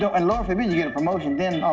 so and lord forbid you get a promotion. then,